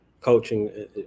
coaching